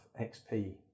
XP